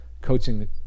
coaching